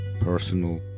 personal